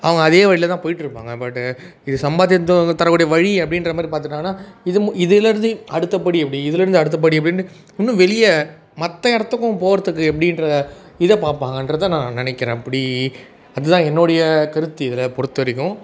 அவங்க அதே வழியில தான் போய்ட்ருப்பாங்க பட்டு இது சம்பாத்தியத்தை தரக்கூடிய வழி அப்படின்ற மாதிரி பார்த்துட்டாங்கன்னா இது இதுலேருந்து அடுத்த படி எப்படி இதுலேருந்து அடுத்த படி எப்படின்னு இன்னும் வெளியே மற்ற இடத்துக்கும் போகிறதுக்கு எப்படின்ற இதை பாப்பாங்கன்றதை நான் நினைக்கிறேன் அப்படி அதுதான் என்னுடைய கருத்து இதில் பொறுத்த வரைக்கும்